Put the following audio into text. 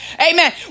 Amen